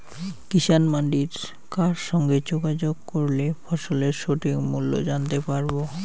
কিষান মান্ডির কার সঙ্গে যোগাযোগ করলে ফসলের সঠিক মূল্য জানতে পারবো?